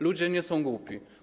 Ludzie nie są głupi.